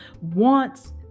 wants